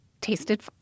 tasted